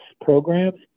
programs